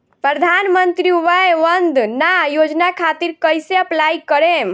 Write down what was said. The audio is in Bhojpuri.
प्रधानमंत्री वय वन्द ना योजना खातिर कइसे अप्लाई करेम?